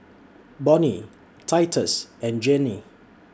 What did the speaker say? Bonny Titus and Jeannie